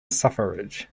suffrage